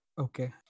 Okay